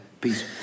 Peace